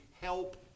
help